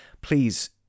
please